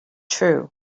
true